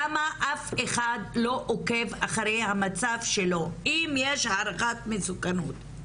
למה אף אחד לא עוקב אחר המצב שלו אם יש הערכת מסוכנות?